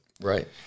Right